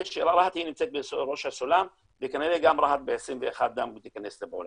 רהט נמצאת בראש הסולם וכנראה שגם רהט ב-21' תיכנס לפעולה.